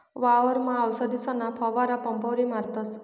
वावरमा आवसदीसना फवारा पंपवरी मारतस